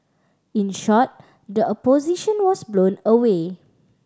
in short the Opposition was blown away